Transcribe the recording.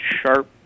sharp